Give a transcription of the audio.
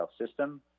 system